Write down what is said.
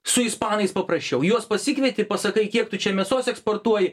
su ispanais paprasčiau juos pasikvieti pasakai kiek tu čia mėsos eksportuoji